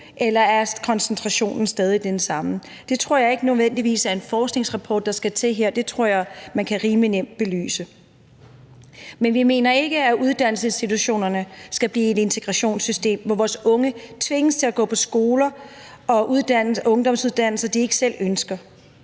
eller er koncentrationen stadig den samme? Jeg tror ikke nødvendigvis, at det er en forskningsrapport, der skal til her. Det tror jeg man rimelig nemt kan belyse. Men vi mener ikke, at uddannelsesinstitutionerne skal blive et integrationssystem, hvor vores unge tvinges til at gå på skoler og ungdomsuddannelser, de ikke selv ønsker.